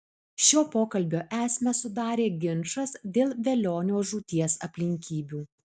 šio pokalbio esmę sudarė ginčas dėl velionio žūties aplinkybių